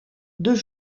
deux